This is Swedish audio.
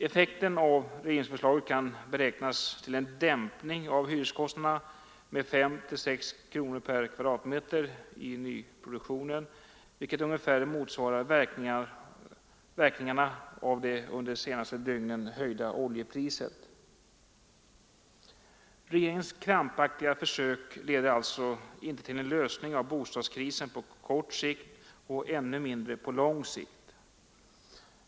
Effekten av regeringsförslaget kan beräknas till en dämpning av hyreskostnaden med 5 till 6 kronor per kvadratmeter i nyproduktionen, vilket ungefär motsvarar verkningarna av det under de senaste dygnen höjda oljepriset. Regeringens krampaktiga försök leder alltså inte till en lösning av bostadskrisen på kort sikt och ännu mindre på lång sikt.